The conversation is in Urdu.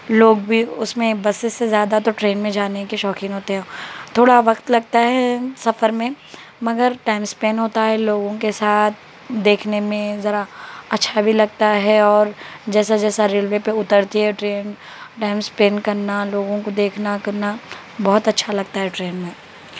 لوگ بھی اس میں بسیز سے زیادہ تو ٹرین میں جانے کے شوقین ہوتے ہیں تھوڑا وقت لگتا ہے سفر میں مگر ڈائم اسپینذ ہوتا ہے لوگوں کے ساتھ دیکھنے میں ذرا اچھا بھی لگتا ہے اور جیسا جیسا ریلوے پہ اترتی ہے ٹرین ٹائم اسپینذ کرنا لوگوں کو دیکھنا کرنا بہت اچھا لگتا ہے ٹرین میں